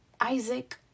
Isaac